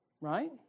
Right